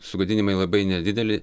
sugadinimai labai nedideli